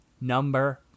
number